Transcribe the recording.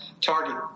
target